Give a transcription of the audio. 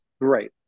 great